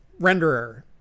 renderer